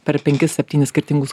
per penkis septynis skirtingus